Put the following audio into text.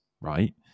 right